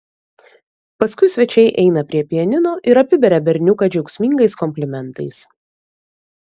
paskui svečiai eina prie pianino ir apiberia berniuką džiaugsmingais komplimentais